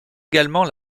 également